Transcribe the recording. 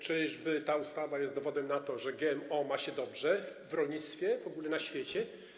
Czyżby ta ustawa była dowodem na to, że GMO ma się dobrze w rolnictwie w ogóle na świecie?